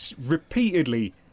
repeatedly